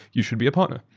you should be a partner.